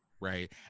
right